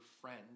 friend